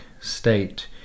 state